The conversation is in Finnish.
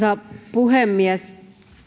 puhemies